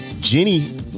Jenny